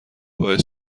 باعث